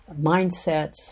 mindsets